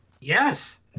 Yes